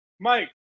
Mike